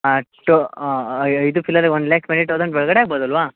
ಒಟ್ಟು ಐದು ಪಿಲ್ಲರ್ಗೆ ಒನ್ ಲ್ಯಾಕ್ ಟ್ವೆಂಟಿ ತೌಸಂಡ್ ಒಳಗಡೆ ಆಗ್ಬೋದಲ್ವ